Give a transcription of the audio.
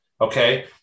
Okay